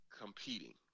competing